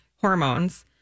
hormones